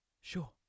Sure